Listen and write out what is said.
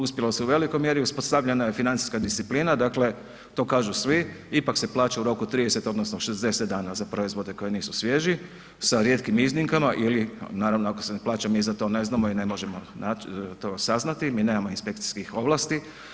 Uspjelo se u velikom mjeri uspostavljena je financijska disciplina, dakle, to kažu svi ipak se plaća u roku 30 odnosno 60 dana za proizvode koji nisu svježi sa rijetkim iznimkama ili naravno ako se ne plaća mi za to ne znamo i ne možemo to saznati, mi nemamo inspekcijskih ovlasti.